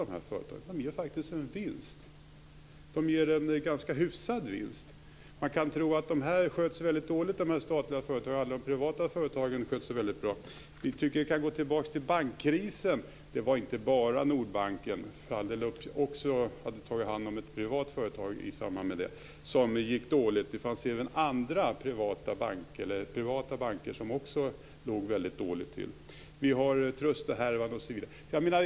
De ger faktiskt en vinst, en ganska hyfsad vinst. Man kan tro att de statliga företagen sköts dåligt och att alla de privata företagen sköts väldigt bra. Vi kan gå tillbaka till bankkrisen, för att se att det inte bara var Nordbanken utan också privata banker som gick dåligt. Vi har nu Trustorhärvan osv.